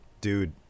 Dude